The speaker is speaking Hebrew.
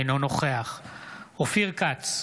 אינו נוכח אופיר כץ,